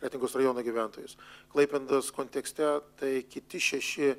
kretingos rajono gyventojus klaipėdos kontekste tai kiti šeši